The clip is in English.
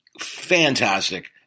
fantastic